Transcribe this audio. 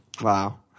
wow